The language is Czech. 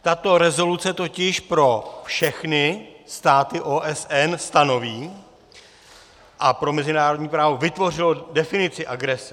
Tato rezoluce totiž pro všechny státy OSN stanoví a pro mezinárodní právo vytvořila definici agrese.